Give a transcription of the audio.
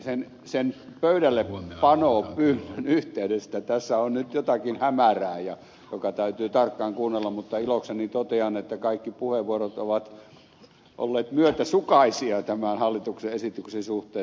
ajattelin sen pöydällepanon yhteydestä että tässä on nyt jotakin hämärää mikä täytyy tarkkaan kuunnella mutta ilokseni totean että kaikki puheenvuorot ovat olleet myötäsukaisia tämän hallituksen esityksen suhteen